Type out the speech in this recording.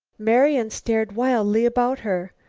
marian stared wildly about her.